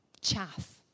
chaff